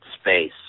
space